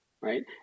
Right